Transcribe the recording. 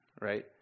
right